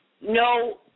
no